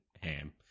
ham